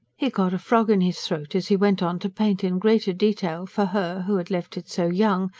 he got a frog in his throat as he went on to paint in greater detail for her, who had left it so young,